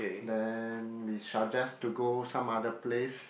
then we suggest to go some other place